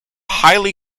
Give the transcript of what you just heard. highly